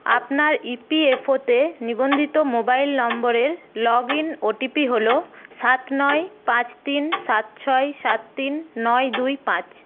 আপনার ইপিএফও তে নিবন্ধিত মোবাইল নম্বরের লগ ইন ওটিপি হল সাত নয় পাঁচ তিন সাত ছয় সাত তিন নয় দুই পাঁচ